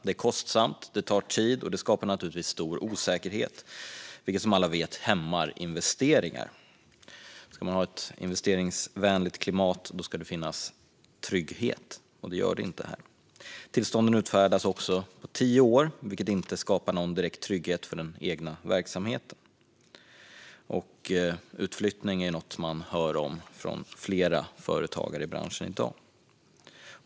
Det är kostsamt, det tar tid och det skapar naturligtvis stor osäkerhet, vilket som alla vet hämmar investeringar. Om man ska ha ett investeringsvänligt klimat ska det finnas trygghet, och det gör det inte här. Tillstånden utfärdas också på enbart tio år, vilket inte skapar någon direkt trygghet för den egna verksamheten. Utflyttning är något man hör om från flera företagare i branschen i dag.